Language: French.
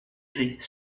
dit